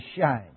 shine